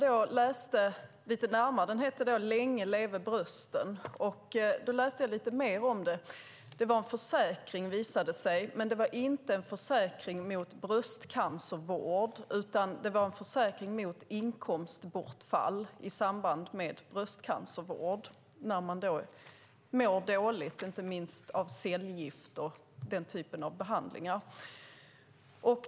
Det visade sig vara en försäkring, men inte för bröstcancervård utan mot inkomstbortfall i samband med att man mår dåligt under bröstcancervård, inte minst av cellgifter och den typen av behandlingar.